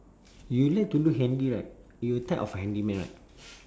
you like to do handy right you're a type of handyman right